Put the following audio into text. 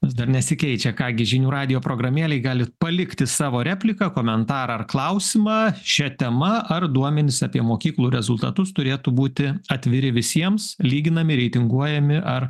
vis dar nesikeičia ką gi žinių radijo programėlėj galit palikti savo repliką komentarą ar klausimą šia tema ar duomenys apie mokyklų rezultatus turėtų būti atviri visiems lyginami reitinguojami ar